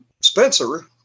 Spencer